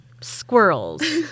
squirrels